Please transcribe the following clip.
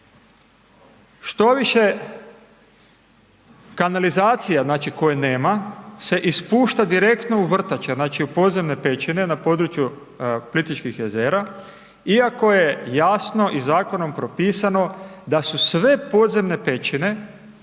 Štoviše, kanalizacija znači koje nema se ispušta direktno u vrtače, znači u podzemne pećine na području Plitvičkih jezera iako je jasno i zakonom propisano da su sve podzemne pećine